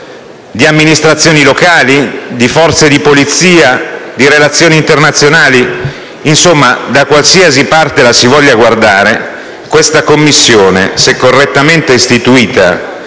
di amministrazioni locali, di forze di polizia, di relazioni internazionali? Insomma, da qualsiasi parte la si voglia guardare, questa Commissione, se correttamente istituita